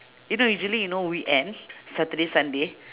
you know usually you know weekend saturday sunday